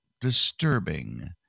disturbing